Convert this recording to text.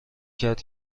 کرد